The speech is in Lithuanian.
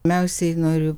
pirmiausiai noriu